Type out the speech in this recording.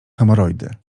hemoroidy